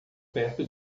perto